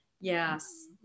Yes